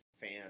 fan